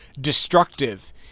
destructive